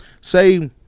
say